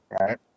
Right